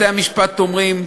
בתי-המשפט אומרים: